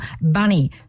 Bunny